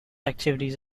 activities